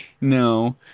No